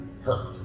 hurt